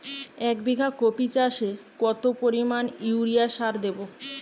এক বিঘা কপি চাষে কত পরিমাণ ইউরিয়া সার দেবো?